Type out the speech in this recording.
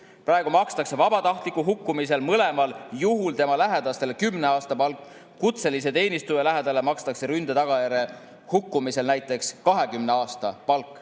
Praegu makstakse vabatahtliku hukkumise korral mõlemal juhul tema lähedastele kümne aasta palk. Kutselise teenistuja lähedasele makstakse ründe tagajärjel hukkumise korral näiteks 20 aasta palk.